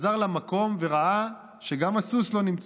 חזר למקום וראה שגם הסוס לא נמצא.